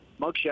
mugshot